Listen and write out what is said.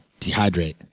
dehydrate